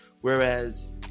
whereas